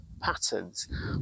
patterns